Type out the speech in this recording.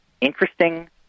interesting